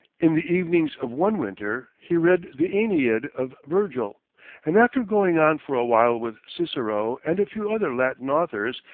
in the evenings of one winter he read the aeneid of virgil and, after going on for a while with cicero and a few other latin authors,